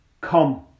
Come